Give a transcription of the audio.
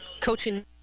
coaching